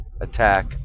attack